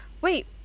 Wait